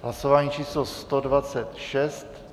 Hlasování číslo 126.